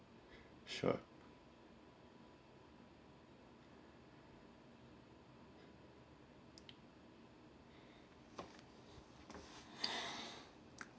sure